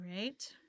right